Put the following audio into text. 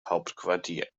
hauptquartier